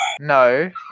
No